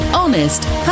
honest